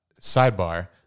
Sidebar